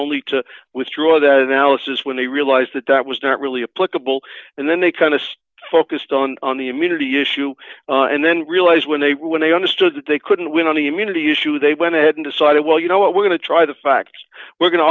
only to withdraw that analysis when they realized that that was not really a political and then they kind of focused on on the immunity issue and then realized when they when they understood that they couldn't win on the immunity issue they went ahead and decided well you know what we're going to try the facts we're going to